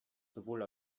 sowohl